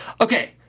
Okay